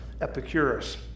Epicurus